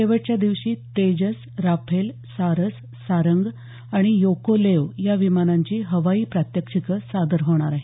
शेवटच्या दिवशी तेजस राफेल सारस सारंग आणि योकोलेव्ह या विमानांची हवाई प्रात्यक्षिकं सादर होणार आहेत